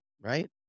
right